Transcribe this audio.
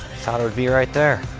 thought it would be right there.